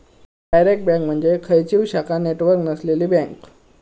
direct bank म्हणजे खंयचीव शाखा नेटवर्क नसलेली बँक